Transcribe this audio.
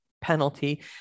penalty